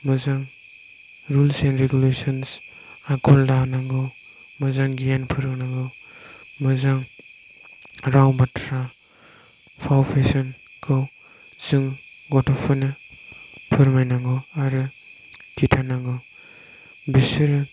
मोजां rules and regulations आखल दानांगौ मोजां गियान फोरोंनांगौ मोजां राव बाथ्रा फाव फेसनखौसो गथ'फोरनो फोरमायनांगौ आरो देखायनांगौ बिसोरो